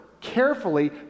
carefully